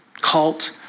cult